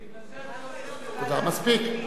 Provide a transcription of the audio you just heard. בגלל זה אתה לא עושה כלום.